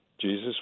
Jesus